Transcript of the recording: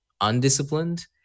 undisciplined